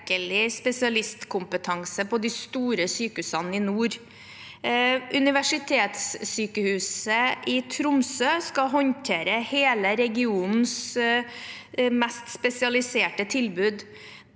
spesialistkompetanse på de store sykehusene i nord. Universitetssykehuset i Tromsø skal håndtere hele regionens mest spesialiserte tilbud.